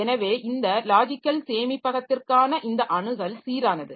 எனவே இந்த லாஜிக்கல் சேமிப்பகத்திற்கான இந்த அணுகல் சீரானது